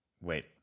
Wait